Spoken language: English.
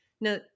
Now